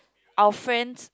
our friend's